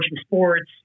sports